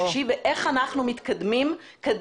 שישי אלא תאמרי איך אנחנו מתקדמים קדימה.